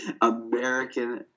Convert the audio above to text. American